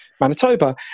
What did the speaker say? manitoba